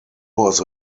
was